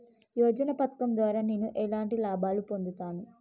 యోజన పథకం ద్వారా నేను ఎలాంటి లాభాలు పొందుతాను?